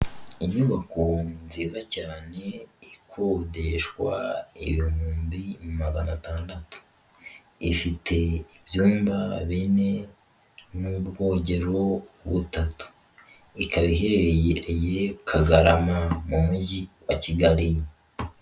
Inyubako nziza cyane ikodeshwa ibihumbi magana atandatu, ifite ibyumba bine n'ubwogero butatu, ikaba iherereye Kagarama mu Mujyi wa Kigali.